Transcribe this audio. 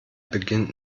beginnt